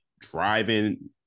driving